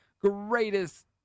greatest